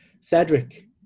Cedric